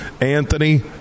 Anthony